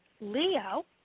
Leo